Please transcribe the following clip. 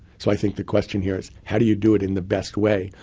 so i think the question here is, how do you do it in the best way?